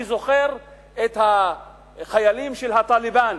אני זוכר את החיילים של ה"טליבאן"